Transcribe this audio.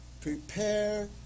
Prepare